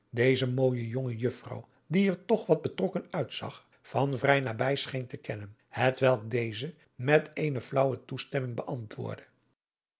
deze mooije jonge juffrouw die er toch wat betrokken uitzag van vrij nabij scheen te kennen hetwelk deze met eene flaauwe toestemminig beantwoordde